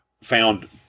found